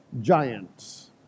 Giants